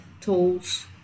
tools